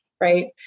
Right